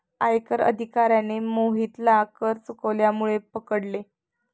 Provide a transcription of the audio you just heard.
आयकर अधिकाऱ्याने मोहितला कर चुकवल्यामुळे पकडले